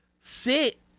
sit